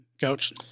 Coach